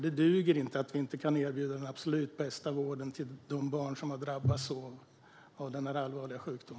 Det duger inte att vi inte kan erbjuda den absolut bästa vården till de barn som har drabbats av denna allvarliga sjukdom.